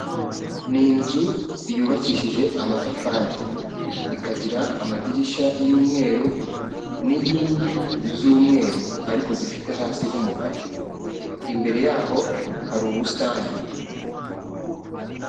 Ni inzu yubakishije amatafari, ikagira amadirishya y'umweru n'inkingi z'umweru ariko zifite hasi h'umukara, imbere yaho hari ubusitani.